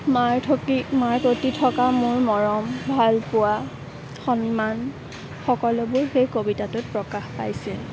মাৰ থকি মাৰ প্ৰতি থকা মোৰ মৰম ভাল পোৱা সন্মান সকলোবোৰ সেই কবিতাটোত প্ৰকাশ পাইছিল